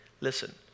Listen